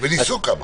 וניסו כמה.